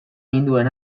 ninduen